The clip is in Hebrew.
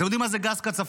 אתם יודעים מה זה גז קצפות?